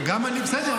בסדר.